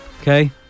Okay